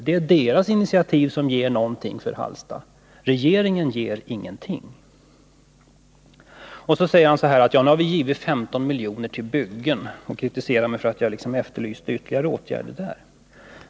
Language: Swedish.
Det är deras initiativ som ger någonting åt Hallstahammar — regeringen ger ingenting. Arbetsmarknadsministern säger att regeringen har gett 15 miljoner till byggen, och han kritiserar mig för att jag efterlyser ytterligare åtgärder.